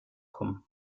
kommen